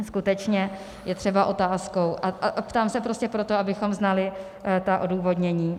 Skutečně je třeba otázkou a ptám se prostě proto, abychom znali ta odůvodnění